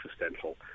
existential